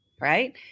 right